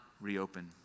reopen